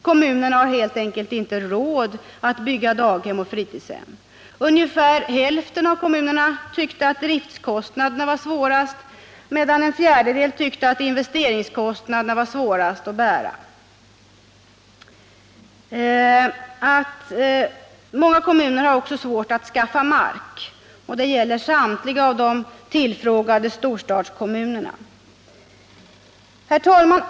Kommunerna har helt enkelt inte råd att bygga daghem och fritidshem. Ungefär hälften av kommunerna tycker att driftkostnaderna är svårast att bära, medan en fjärdedel tycker att investeringskostnaderna är tyngst. Många kommuner har också svårt att skaffa mark — det gäller samtliga — Nr 50 de tillfrågade storstadskommunerna.